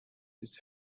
his